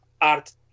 Art